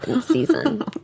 season